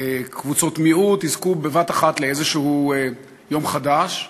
קבוצות מיעוט, יזכו בבת-אחת לאיזה יום חדש.